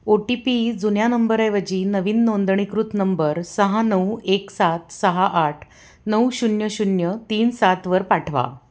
ओ T P जुन्या नंबरऐवजी नवीन नोंदणीकृत नंबर सहा नऊ एक सात सहा आठ नऊ शून्य शून्य तीन सातवर पाठवा